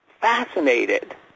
fascinated